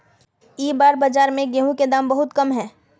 इस बार बाजार में गेंहू के दाम बहुत कम है?